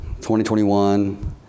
2021